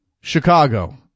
Chicago